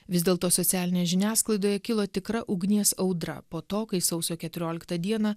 vis dėlto socialinėje žiniasklaidoje kilo tikra ugnies audra po to kai sausio keturioliktą dieną